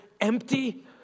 empty